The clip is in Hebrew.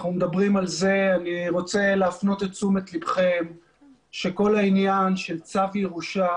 אני רוצה להפנות את תשומת לבכם שכל העניין של צו ירושה